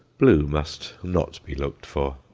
blue must not be looked for.